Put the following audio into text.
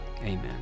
amen